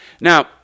Now